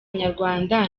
nyarwanda